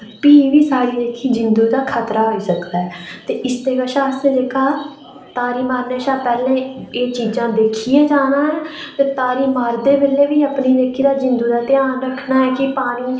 तां फ्ही बी जेह्की साढ़ी जिंदू दा खतरा होई सकदा ऐ ते इसदे कशा दा असें जेह्का तारी मारने शा पैह्लें एह् चीजां दिक्खियै जाना ऐ ते तारी मारदे बेल्लै बी अपनी जिंदू दा ध्यान रक्खना ऐ कि पानी